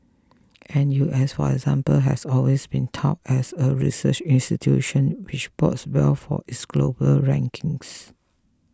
N U S for example has always been touted as a research institution which bodes well for its global rankings